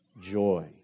joy